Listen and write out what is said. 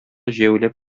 җәяүләп